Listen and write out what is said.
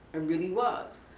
um really was.